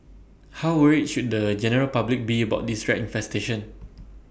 how worried should the general public be about this rat infestation